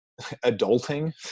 adulting